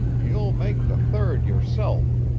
you'll make the third yourself,